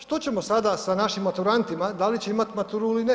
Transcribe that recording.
Što ćemo sada sa našim maturantima, da li će imat maturu ili ne?